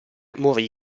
morì